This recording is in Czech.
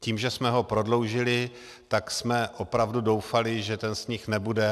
Tím, že jsme ho prodloužili, tak jsme opravdu doufali, že ten sníh nebude.